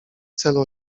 celu